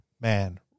man